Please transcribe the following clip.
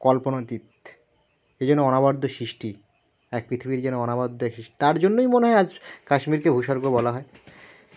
কল্পনাতীত এ যেন অনবদ্য সৃষ্টি এক পৃথিবীর যেন অনবদ্য সৃষ্টি তার জন্যই মনে হয় আজ কাশ্মীরকে ভূস্বর্গ বলা হয়